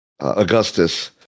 Augustus